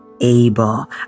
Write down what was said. able